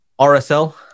RSL